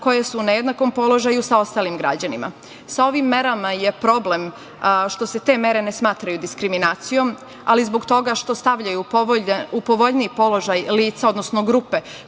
koje su u nejednakom položaju sa ostalim građanima. Sa ovim merama je problem što se te mere ne smatraju diskriminacijom zbog toga što stavljaju u povoljniji položaj lica, odnosno grupe